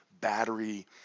battery